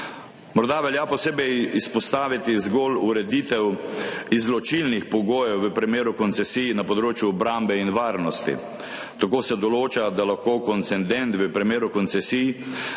Morda velja posebej izpostaviti zgolj ureditev izločilnih pogojev v primeru koncesij na področju obrambe in varnosti. Tako se določa, da lahko koncendent v primeru koncesij